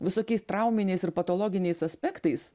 visokiais trauminiais ir patologiniais aspektais